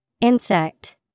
Insect